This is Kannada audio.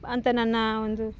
ಅಂತ ನನ್ನ ಒಂದು